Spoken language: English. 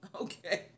Okay